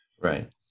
Right